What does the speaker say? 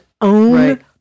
own